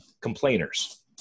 complainers